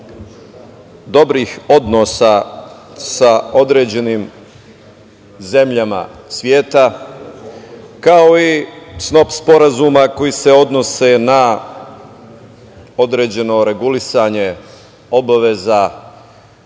dobrih odnosa sa određenim zemljama sveta, kao i snop sporazuma koji se odnose na određeno regulisanje obaveza